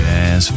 Jazz